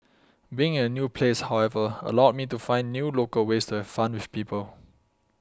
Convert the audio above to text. being in a new place however allowed me to find new local ways to have fun with people